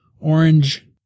orange